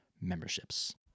memberships